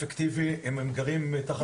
הרי הצימוד לא אפקטיבי אם הם גרים תחת קורת גג אחת.